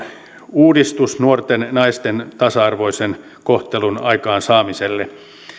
uudistus nuorten naisten tasa arvoisen kohtelun aikaansaamiselle